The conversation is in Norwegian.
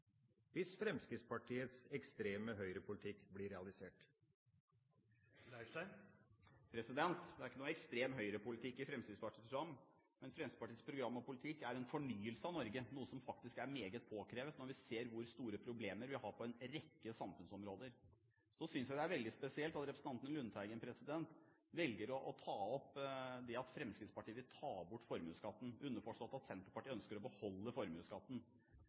hvis Fremskrittspartiets ekstreme høyrepolitikk blir realisert? Det er ikke noe ekstrem høyrepolitikk i Fremskrittspartiets program. Fremskrittspartiets program og politikk er en fornyelse av Norge, noe som faktisk er meget påkrevet når vi ser hvor store problemer vi har på en rekke samfunnsområder. Så synes jeg det er veldig spesielt at representanten Lundteigen velger å ta opp det at Fremskrittspartiet vil ta bort formuesskatten, underforstått at Senterpartiet ønsker å beholde formuesskatten.